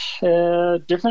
different